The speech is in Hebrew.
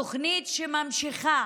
תוכנית שממשיכה